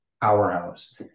powerhouse